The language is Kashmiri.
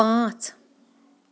پانٛژھ